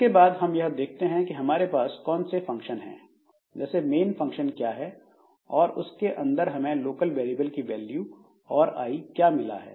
इसके बाद हम यह देखते हैं कि हमारे पास कौन से फंक्शन है जैसे मेन फंक्शन क्या है और उसके अंदर हमें लोकल वेरिएबल की वैल्यू और आई क्या मिला है